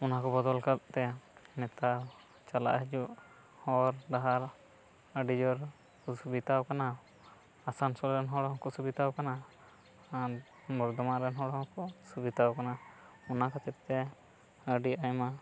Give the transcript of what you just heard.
ᱚᱱᱟ ᱠᱚ ᱵᱚᱫᱚᱞ ᱟᱠᱟᱫ ᱛᱮ ᱱᱮᱛᱟᱨ ᱪᱟᱞᱟᱜ ᱦᱤᱡᱩᱜ ᱦᱚᱨ ᱰᱟᱦᱟᱨ ᱟᱹᱰᱤ ᱡᱳᱨᱠᱚ ᱥᱩᱵᱤᱫᱟ ᱟᱠᱟᱱᱟ ᱟᱥᱟᱱᱥᱳᱞ ᱨᱮᱱ ᱦᱚᱲ ᱦᱚᱠᱚ ᱥᱩᱵᱤᱫᱟ ᱟᱠᱟᱱᱟ ᱟᱨ ᱵᱚᱨᱫᱷᱚᱢᱟᱱ ᱨᱮᱱ ᱦᱚᱲ ᱦᱚᱠᱚ ᱥᱩᱵᱤᱫᱟ ᱟᱠᱟᱱᱟ ᱚᱱᱟ ᱠᱷᱟᱹᱛᱤᱨ ᱛᱮ ᱟᱹᱰᱤ ᱟᱭᱢᱟ